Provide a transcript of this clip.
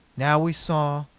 now we saw,